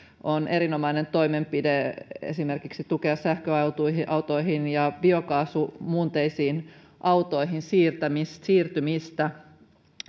erinomainen toimenpide on esimerkiksi tukea sähköautoihin ja biokaasumuunteisiin autoihin siirtymistä